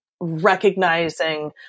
recognizing